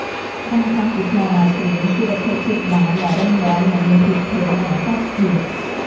សាងសង់ពីថ្មបាយក្រៀម ជាវត្ថុធាតុដើមដែលរឹងមាំ និងមានភាពធន់នឹងអាកាសធាតុ។